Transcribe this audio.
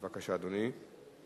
בבקשה, אדוני.